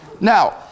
Now